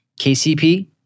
KCP